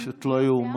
פשוט לא ייאמן.